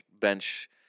bench